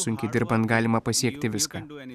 sunkiai dirbant galima pasiekti viską